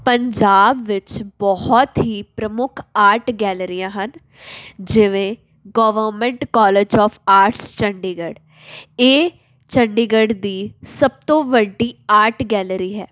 ਪੰਜਾਬ ਵਿੱਚ ਬਹੁਤ ਹੀ ਪ੍ਰਮੁੱਖ ਆਰਟ ਗੈਲਰੀਆਂ ਹਨ ਜਿਵੇਂ government college of arts Chandigarh ਇਹ ਚੰਡੀਗੜ੍ਹ ਦੀ ਸਭ ਤੋਂ ਵੱਡੀ ਆਟ ਗੈਲਰੀ ਹੈ